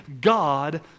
God